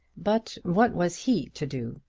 but what was he to do?